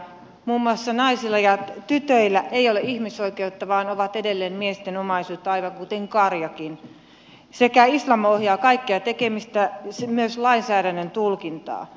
muun muassa naisilla ja tytöillä ei ole ihmisoikeutta vaan he ovat edelleen miesten omaisuutta aivan kuten karjakin ja islam ohjaa kaikkea tekemistä myös lainsäädännön tulkintaa